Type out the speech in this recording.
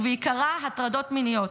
ובעיקרה הטרדות מיניות.